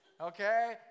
Okay